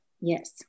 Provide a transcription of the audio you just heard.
Yes